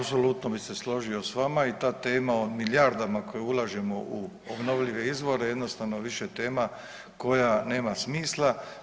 Apsolutno bi se složio s vama i ta tema o milijardama koje ulažemo u obnovljive izvore jednostavno više tema koja nema smisla.